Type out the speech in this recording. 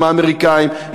עם האמריקנים,